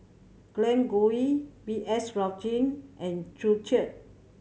Glen Goei B S Rajhans and Joo Chiat